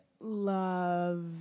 love